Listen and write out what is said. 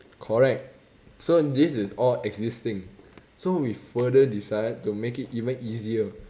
correct so this is all existing so we further decided to make it even easier